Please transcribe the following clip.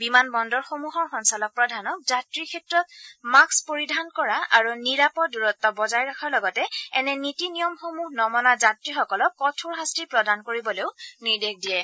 বিমান বন্দৰসমূহৰ সঞ্চালক প্ৰধানক যাত্ৰীৰ ক্ষেত্ৰত মাস্ক পৰিধান কৰা আৰু নিৰাপদ দূৰত্ব বজাই ৰখাৰ লগতে এনে নীতি নিয়মসমূহ নমনা যাত্ৰীসকলক কঠোৰ শাস্তি প্ৰদান কৰিবলৈও নিৰ্দেশ দিয়ে